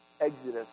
Exodus